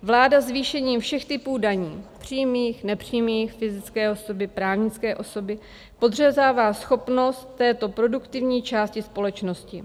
Vláda zvýšením všech typů daní přímých, nepřímých, fyzické osoby, právnické osoby podřezává schopnost této produktivní části společnosti.